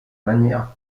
manière